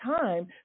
time